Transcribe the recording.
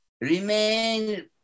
remain